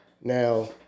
Now